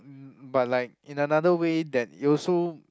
but like in another way that it also